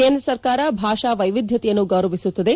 ಕೇಂದ್ರ ಸರ್ಕಾರ ಭಾಷಾ ವೈವಿಧ್ಯತೆಯನ್ನು ಗೌರವಿಸುತ್ತದೆ